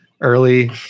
early